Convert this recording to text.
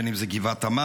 בין אם זה גבעת עמל,